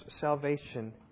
Salvation